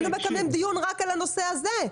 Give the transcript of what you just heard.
היינו מקיימים דיון רק על הנושא הזה.